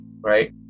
right